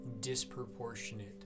disproportionate